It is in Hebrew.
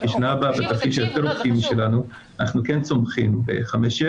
כי שנה הבאה בתרחיש היותר אופטימי שלנו אנחנו כן צומחים ב-5.7%.